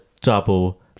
double